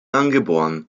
angeboren